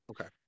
okay